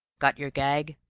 got your gag?